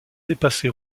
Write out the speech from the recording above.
dépassé